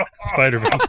Spider-Man